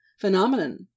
phenomenon